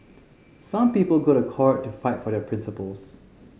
some people go to court to fight for their principles